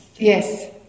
Yes